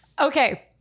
okay